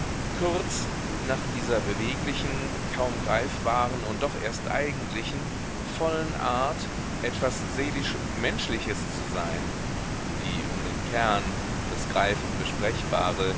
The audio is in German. kurz nach dieser beweglichen kaum greifbaren und doch erst eigentlichen vollen art etwas seelisch menschliches zu sein die um den kern das greif und